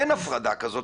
אין הפרדה כזאת.